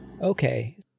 Okay